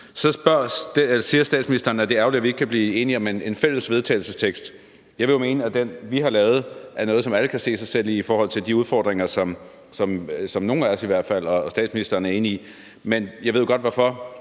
Så siger statsministeren, at det er ærgerligt, at vi ikke kan blive enige om et fælles forslag til vedtagelse. Jeg vil jo mene, at det, vi har lavet, er et, som alle kan se sig selv i, når det gælder de udfordringer, som nogle af os i hvert fald og statsministeren er enig i vi har. Men jeg ved jo godt, hvorfor